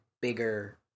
bigger